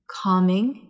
calming